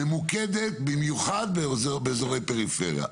ממוקדת במיוחד באזורי פריפריה.